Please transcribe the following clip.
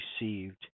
received